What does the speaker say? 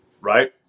right